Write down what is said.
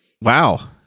wow